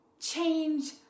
change